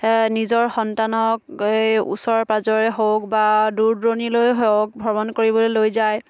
নিজৰ সন্তানক এই ওচৰ পাঁজৰে হওক বা দূৰ দূৰণিলৈ হওক ভ্ৰমণ কৰিবলৈ লৈ যায়